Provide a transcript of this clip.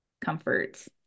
comforts